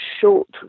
short